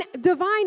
divine